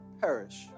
perish